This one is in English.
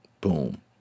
boom